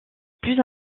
plus